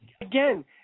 Again